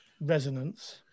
resonance